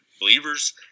believers